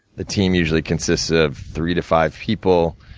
the team usually consists of three to five people.